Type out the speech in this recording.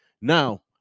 Now